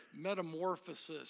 metamorphosis